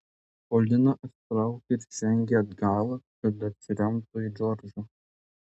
polina atsitraukė ir žengė atgal kad atsiremtų į džordžą